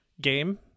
game